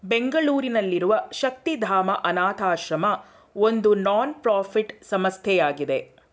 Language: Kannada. ಬೆಂಗಳೂರಿನಲ್ಲಿರುವ ಶಕ್ತಿಧಾಮ ಅನಾಥಶ್ರಮ ಒಂದು ನಾನ್ ಪ್ರಫಿಟ್ ಸಂಸ್ಥೆಯಾಗಿದೆ